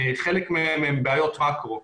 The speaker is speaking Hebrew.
חלק מזה אלה בעיות מקרו.